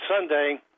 Sunday